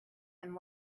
and